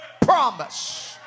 promise